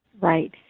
Right